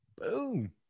boom